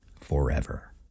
forever